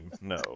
No